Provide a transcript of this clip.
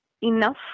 enough